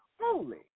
holy